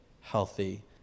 healthy